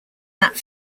that